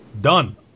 Done